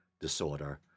disorder